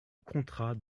contrat